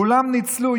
כולם ניצלו.